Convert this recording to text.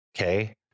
okay